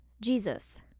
Jesus